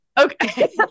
Okay